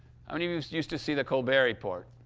i mean used used to see the colbert report?